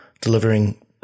delivering